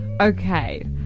Okay